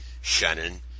Shannon